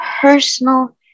personal